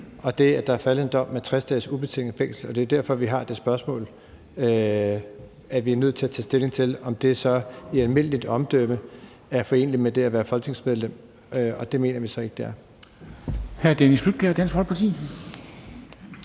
og det, at der er faldet en dom på 60 dages ubetinget fængsel. Og det er jo derfor, vi har det her spørgsmål, og at vi er nødt til at tage stilling til, om det så i almindeligt omdømme er foreneligt med det at være folketingsmedlem. Og det mener vi så ikke det er.